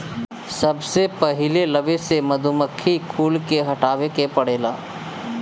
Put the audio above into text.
सबसे पहिले लवे से मधुमक्खी कुल के हटावे के पड़ेला